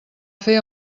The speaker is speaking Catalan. fer